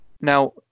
now